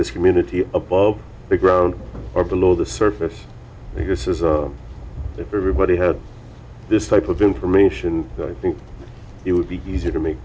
this community above the ground or below the surface this is a if everybody had this type of information i think it would be easy to make